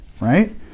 right